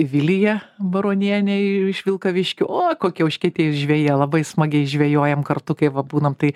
vilija baronienė iš vilkaviškio o kokia užkietėjus žvejė labai smagiai žvejojam kartu kai va būnam tai